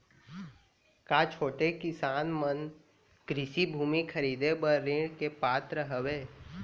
का छोटे किसान मन कृषि भूमि खरीदे बर ऋण के पात्र हवे?